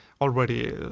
already